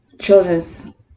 children's